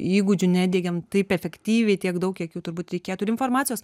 įgūdžių nediegiam taip efektyviai tiek daug kiek jų turbūt reikėtų ir informacijos